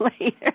later